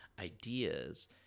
ideas